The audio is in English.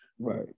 Right